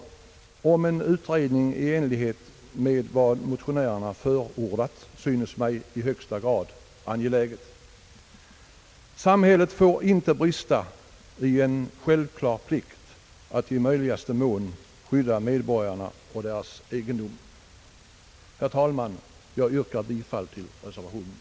En utredning i enlighet med vad motionärerna förordat synes mig i högsta grad angelägen. Samhället får inte brista i en självklar plikt att i möjligaste mån skydda medborgarna och deras egendom. Herr talman! Jag yrkar bifall till reservationen.